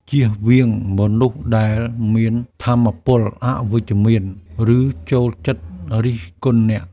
ចៀសវាងមនុស្សដែលមានថាមពលអវិជ្ជមាន ឬចូលចិត្តរិះគន់អ្នក។